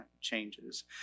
changes